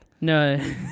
No